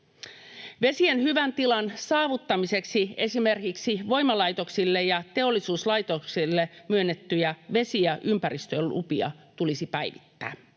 Vesien hyvän tilan saavuttamiseksi esimerkiksi voimalaitoksille ja teollisuuslaitoksille myönnettyjä vesi- ja ympäristölupia tulisi päivittää.